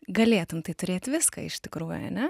galėtum tai turėt viską iš tikrųjų ane